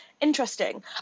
interesting